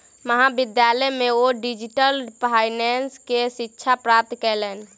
महाविद्यालय में ओ डिजिटल फाइनेंस के शिक्षा प्राप्त कयलैन